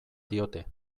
diote